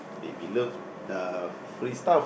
we we love uh free stuff